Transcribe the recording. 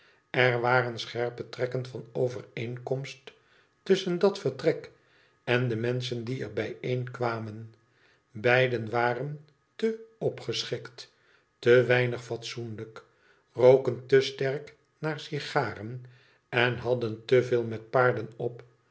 er waren scherpe trekken van overeenkomst tusschen dat vertrek en de menschen die er bijeen kwamen bieden waren te opgeschikt te weinig fatsoenlijk roken te sterk naar sigaren en hadden te veel met paarden op